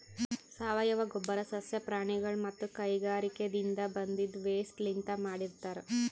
ಸಾವಯವ ಗೊಬ್ಬರ್ ಸಸ್ಯ ಪ್ರಾಣಿಗೊಳ್ ಮತ್ತ್ ಕೈಗಾರಿಕಾದಿನ್ದ ಬಂದಿದ್ ವೇಸ್ಟ್ ಲಿಂತ್ ಮಾಡಿರ್ತರ್